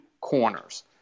corners